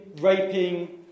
raping